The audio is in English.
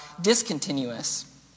discontinuous